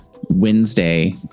Wednesday